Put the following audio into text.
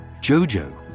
Jojo